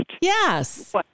Yes